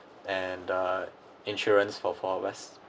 and uh insurance for four of us